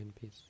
peace